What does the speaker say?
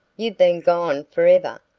you've been gone forever.